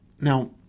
Now